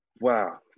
Wow